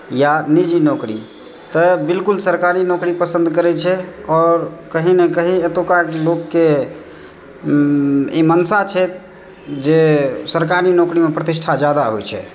या निजी नौकरी तऽ बिल्कुल सरकारी नौकरी पसन्द करैत छै आओर कहीं नऽ कहीं एतुका लोककेँ ई मनसा छै जे सरकारी नौकरीमे प्रतिष्ठा जादा होइत छै